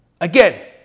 Again